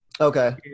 okay